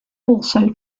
also